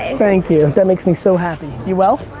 and thank you, that makes me so happy, you well?